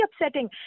upsetting